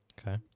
Okay